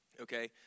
Okay